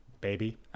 Baby